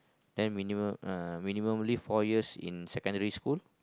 then minimum uh minimumly four years in secondary school